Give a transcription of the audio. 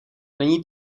není